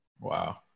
Wow